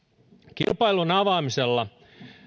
kilpailun avaamisella